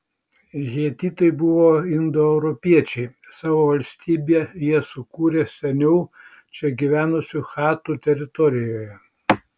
hetitai buvo indoeuropiečiai savo valstybę jie sukūrė seniau čia gyvenusių chatų teritorijoje